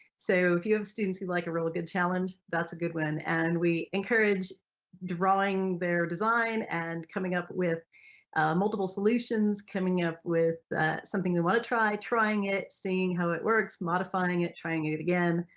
so if you have students like a really good challenge that's a good one. and we encourage drawing their design and coming up with multiple solutions, coming up with something they want to try, trying it, seeing how it works, modifying it, trying it it again,